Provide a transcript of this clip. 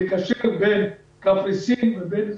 לקשר בין קפריסין לבין חיפה.